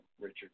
Richard